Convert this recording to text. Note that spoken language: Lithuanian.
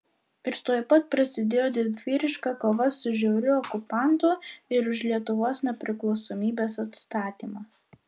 ir tuoj pat prasidėjo didvyriška kova su žiauriu okupantu ir už lietuvos nepriklausomybės atstatymą